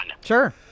Sure